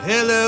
Hello